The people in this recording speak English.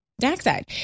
dioxide